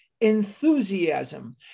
Enthusiasm